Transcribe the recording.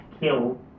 kill